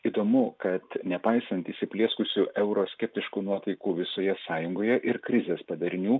įdomu kad nepaisant įsiplieskusių euroskeptiškų nuotaikų visoje sąjungoje ir krizės padarinių